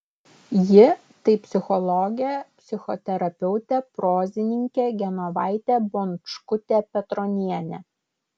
ji tai psichologė psichoterapeutė prozininkė genovaitė bončkutė petronienė